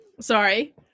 Sorry